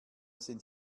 sind